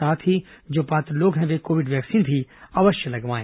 साथ ही जो पात्र लोग हैं वे कोविड वैक्सीन भी अवश्य लगवाएं